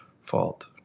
fault